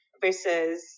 versus